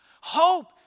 Hope